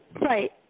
Right